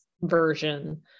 version